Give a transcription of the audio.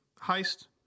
heist